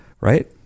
right